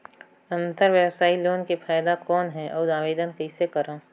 अंतरव्यवसायी लोन के फाइदा कौन हे? अउ आवेदन कइसे करव?